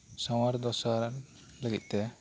ᱥᱟᱶᱟᱨ ᱫᱚᱥᱟ ᱞᱟᱹᱜᱤᱫ ᱛᱮ